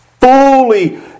fully